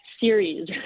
series